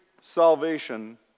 salvation